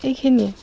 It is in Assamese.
সেইখিনিয়ে